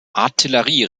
artillerie